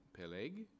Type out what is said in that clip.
Peleg